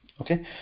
Okay